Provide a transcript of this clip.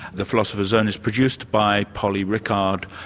the philosopher's zone is produced by polly rickard,